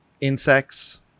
insects